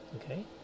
okay